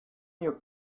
your